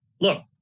look